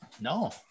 no